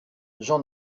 jean